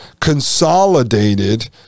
consolidated